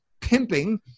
pimping